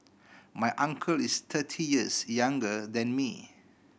my uncle is thirty years younger than me